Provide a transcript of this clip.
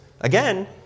again